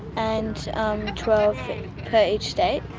and twelve per each state.